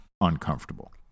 uncomfortable